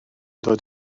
dod